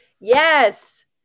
Yes